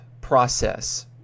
process